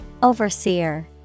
Overseer